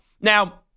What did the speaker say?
Now